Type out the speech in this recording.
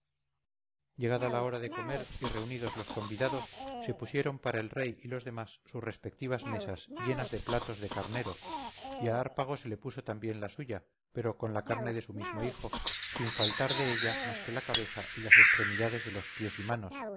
la hora de comer y reunidos los convidados se pusieron para el rey y los demás sus respectivas mesas llenas de platos de carnero y a hárpago se le puso también la suya pero con la carne de su mismo hijo sin faltar de ella más que la cabeza y las extremidades de los pies y manos